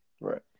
Right